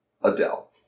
Adele